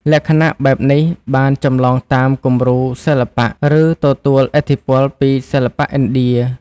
លក្ខណៈបែបនេះបានចម្លងតាមគំរូសិល្បៈ ឬទទួលឥទ្ធិពលពីសិល្បៈឥណ្ឌា។